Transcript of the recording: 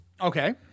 Okay